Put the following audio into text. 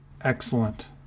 Excellent